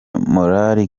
morali